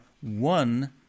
one